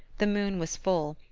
the moon was full,